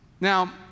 Now